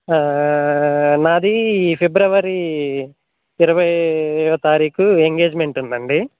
నాది ఫిబ్రవరి ఇరవై తారీఖు ఎంగేజ్మెంట్ ఉందండి